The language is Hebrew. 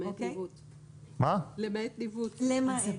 למעט ה-וויז.